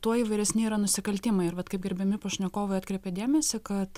tuo įvairesni yra nusikaltimai ir vat kaip gerbiami pašnekovai atkreipė dėmesį kad